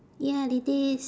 ya it is